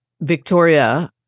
Victoria